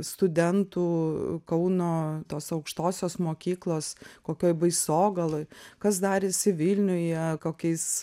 studentų kauno tos aukštosios mokyklos kokioj baisogaloj kas darėsi vilniuje kokiais